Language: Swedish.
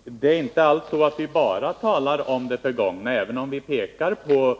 Fru talman! Det är inte alls så att vi bara talar om det förgångna, även om vi pekar på